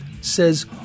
says